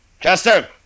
Chester